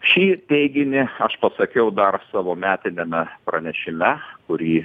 šį teiginį aš pasakiau dar savo metiniame pranešime kurį